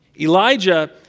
Elijah